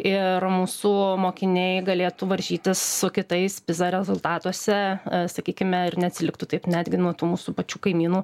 ir mūsų mokiniai galėtų varžytis su kitais rezultatuose sakykime ir neatsiliktų taip netgi nuo tų mūsų pačių kaimynų